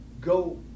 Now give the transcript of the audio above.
go